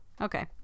Okay